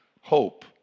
hope